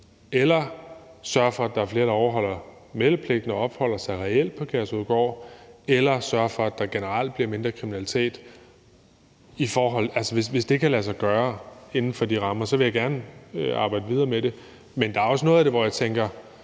eller sørger for, at der er flere, der overholder meldepligten og opholder sig reelt på Kærshovedgård, eller sørger for, at der generelt bliver mindre kriminalitet, og hvis det kan lade sig gøre inden for de rammer, vil jeg gerne arbejde videre med det. Men der er også noget af det – hvis det f.eks.